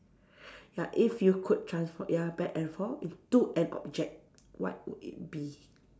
ya if you could transform ya back and forth into an object what would it be